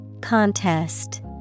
Contest